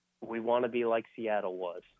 we-want-to-be-like-Seattle-was